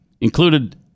included